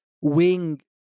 Wing